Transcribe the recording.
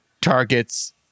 targets